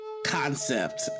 concept